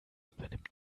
übernimmt